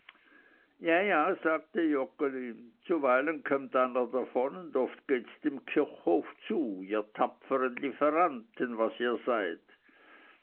ja ja sagte joggeli zuweilen kömmt einer davon und oft gehts dem kirchhof zu ihr tapfern lieferanten was ihr seid